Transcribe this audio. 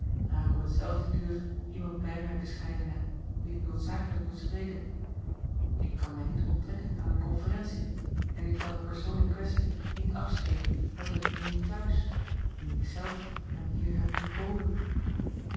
ik op hetzelfde uur iemand bij mij bescheiden heb wien ik noodzakelijk moet spreken ik kan mij niet onttrekken aan de conferentie en ik kan den persoon in kwestie niet afschepen met een niet thuis nu ik zelf hem hier heb ontboden